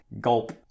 gulp